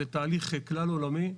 זה תהליך כלל עולמי.